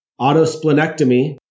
autosplenectomy